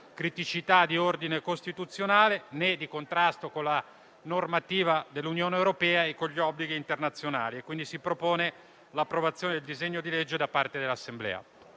criticità di ordine costituzionale, né di contrasto con la normativa dell'Unione europea e con gli obblighi internazionali. Si propone quindi l'approvazione del disegno di legge da parte dell'Assemblea.